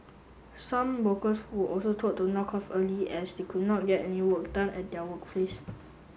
some workers were also told to knock off early as they could not get any work done at their workplace